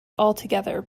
altogether